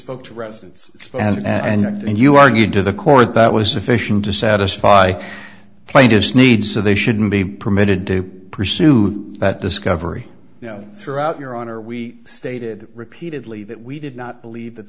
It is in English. to residence spencer and you argued to the court that was sufficient to satisfy plaintiff's need so they shouldn't be permitted to pursue that discovery you know throughout your honor we stated repeatedly that we did not believe that